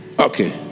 Okay